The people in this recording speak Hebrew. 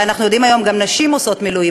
כי הרי אנחנו יודעים שהיום גם נשים עושות מילואים,